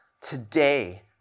today